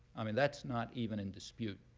i mean, that's not even in dispute,